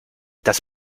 das